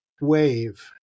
wave